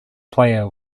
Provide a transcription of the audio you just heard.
player